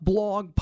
Blog